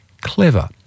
Clever